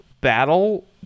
battle